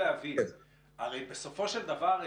הרי בסופו של דבר,